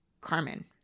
Carmen